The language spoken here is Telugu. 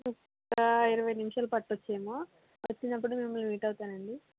ఒక ఇరవై నిముషాలు పట్టచ్చేమో వచ్చినపుడు మిమ్మల్ని మీట్ అవుతానండి